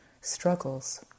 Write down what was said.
struggles